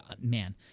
Man